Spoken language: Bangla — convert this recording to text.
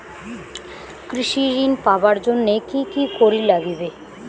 কৃষি ঋণ পাবার জন্যে কি কি করির নাগিবে?